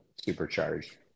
supercharged